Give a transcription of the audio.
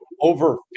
over